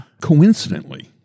Coincidentally